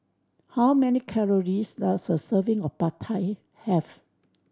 how many calories does a serving of Pad Thai have